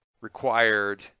required